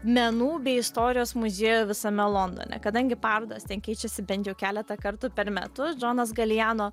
menų bei istorijos muziejų visame londone kadangi parodos ten keičiasi bent jau keletą kartų per metus džonas galijano